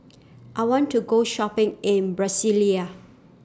I want to Go Shopping in Brasilia